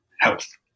health